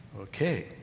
Okay